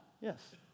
Yes